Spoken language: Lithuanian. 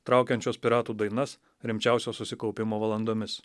traukiančios piratų dainas rimčiausio susikaupimo valandomis